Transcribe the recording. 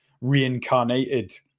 reincarnated